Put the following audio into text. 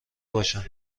باشن